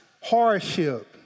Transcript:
hardship